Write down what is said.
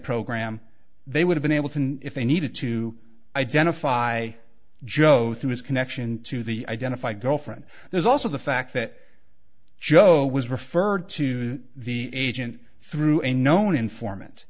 program they would have been able to if they needed to identify joe through his connection to the identify girlfriend there's also the fact that joe was referred to the agent through a known informant